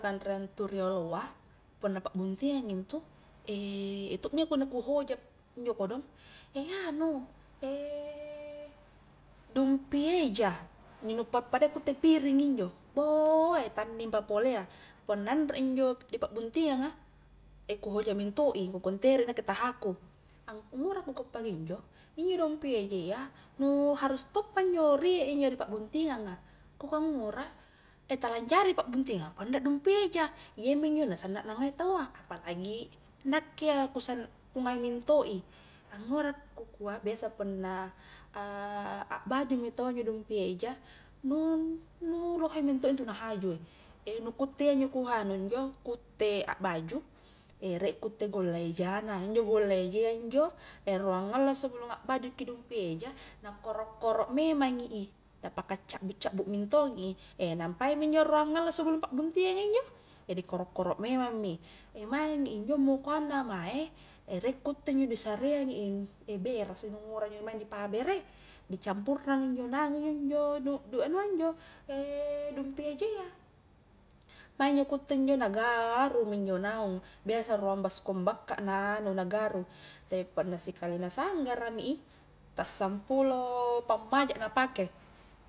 Kanreang tu rioloa, punna pa'buntingang intu iya tokji injo nu ku hoja injo kodong, anu dumpi eja, injo nu pappadayya ku utte piring injo, bou tanning pa polea, punna anre injo di pakbuntingang a, ku hoja mento i, kukua ntere i nakke taha ku, angngura ku kua pakinjo, injo dumpi ejayya, nu harus toppa injo riek injo ri pa'buntingang a, ku kua ngura tala anjari pakbuntingang punna anre dumpi eja, iyaminjo na sanna na ngai taua, apalagi nakke iya ku ku ngai mento i, angura kukua biasa punna bakju mi taua dumpi eja nu-nu lohe mento' intu na haju, nu ku uttea injo ku anu injo ku utte, akbaju riek ku utte golla eja na, injo golla ejayya injo ruang allo sebelung akbaju ki dumpi eja, na koro-koro memangi i, na paka cakbu-cakbu mintong i, nampai mi injo ruang allo sebelung pa'buntingang a injo, jadi koro-koro memang mi, maing injo mukoang na mae, riek ku utte injo di sareangi i, berasa injo nu ngura injo nu maeng di pabere, di campurrang injo naung injo-njo dumpi ejayya, maing injo kuutte injo na garu minjo naung, biasa ruang baskong bakka na anu na garu, tapi punna sikali na sanggara mi i, ta sampulo pammaja na pake.